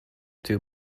two